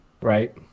Right